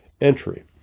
entry